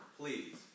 please